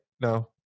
No